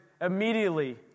immediately